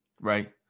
Right